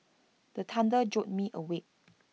the thunder jolt me awake